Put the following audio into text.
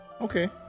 Okay